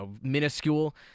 minuscule